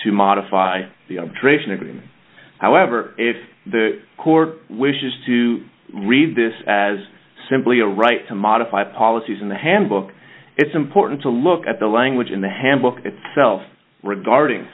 agreement however if the court wishes to read this as simply a right to modify policies in the handbook it's important to look at the language in the handbook itself regarding